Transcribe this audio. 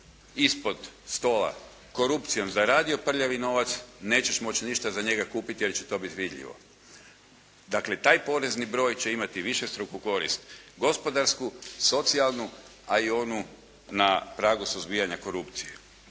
ispod stola korupcijom zaradio prljavi novac nećeš moći ništa za njega kupiti jer će to biti vidljivo. Dakle, taj porezni broj će imati višestruku korist, gospodarsku, socijalnu a i onu na pragu suzbijanja korupcije.